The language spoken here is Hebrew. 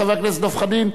חבר הכנסת דב חנין,